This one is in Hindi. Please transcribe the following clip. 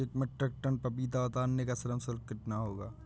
एक मीट्रिक टन पपीता उतारने का श्रम शुल्क कितना होगा?